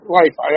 life